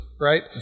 Right